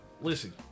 Listen